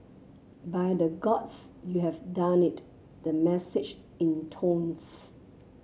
by the Gods you have done it the message intones